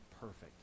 perfect